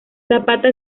zapata